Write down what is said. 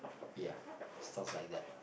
ya stalls like that